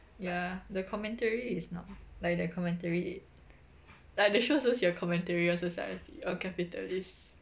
ya the commentary is not like their commentary it like the show is supposed to be a commentary on society on capitalist